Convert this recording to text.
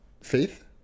Faith